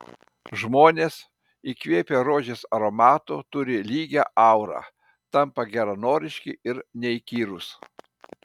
žmonės įkvėpę rožės aromato turi lygią aurą tampa geranoriški ir neįkyrūs